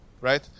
right